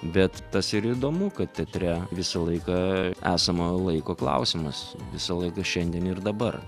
bet tas ir įdomu kad teatre visą laiką esamojo laiko klausimas visą laiką šiandien ir dabar